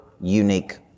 unique